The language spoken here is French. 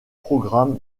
programme